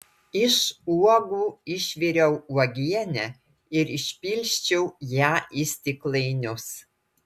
iš uogų išviriau uogienę ir išpilsčiau ją į stiklainius